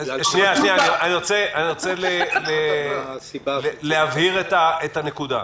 אני רוצה להבהיר את הנקודה.